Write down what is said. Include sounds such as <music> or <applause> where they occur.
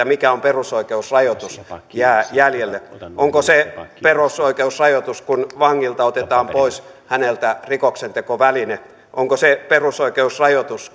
<unintelligible> mikä on perusoikeusrajoitus jää jäljelle onko se perusoikeusrajoitus kun vangilta otetaan pois rikoksentekoväline onko se perusoikeusrajoitus <unintelligible>